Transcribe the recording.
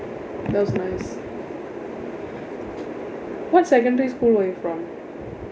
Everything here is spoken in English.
that was nice what secondary school were you from